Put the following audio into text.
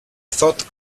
thought